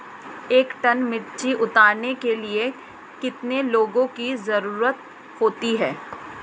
एक टन मिर्ची उतारने में कितने लोगों की ज़रुरत होती है?